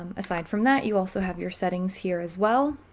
um aside from that, you also have your settings here as well